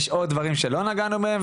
יש עוד דברים שלא נגענו בהם,